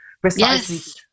precisely